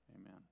Amen